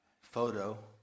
photo